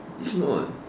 it's not